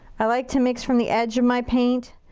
i like to mix from the edge of my paint.